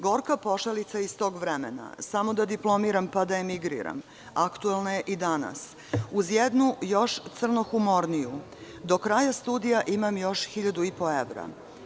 Gorka pošalica iz tog vremena: „Samo da diplomiram, pa da emigriram“ aktuelna je i danas, uz jednu još crnohumorniju: „Do kraja studija imam još 1.500 evra“